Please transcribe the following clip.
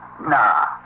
Nah